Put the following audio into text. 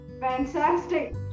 Fantastic